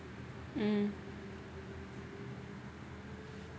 mm